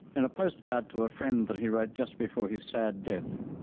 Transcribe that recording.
and a postcard to a friend that he wrote just before his sad death,